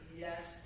Yes